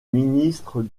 ministre